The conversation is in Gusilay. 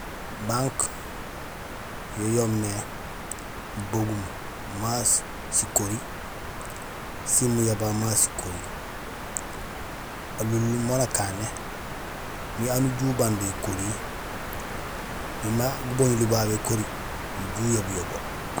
Banque yo yoomé mubaŋum ma sikori sin muyabay ma sikori. Alunlum mo nakané imbi aan uju ubang do ékorihi imbi may guboñuli babu ékori nuju ujabul yo bo.